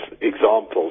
examples